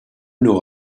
know